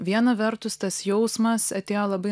viena vertus tas jausmas atėjo labai